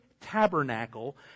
tabernacle